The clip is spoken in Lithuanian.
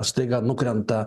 staiga nukrenta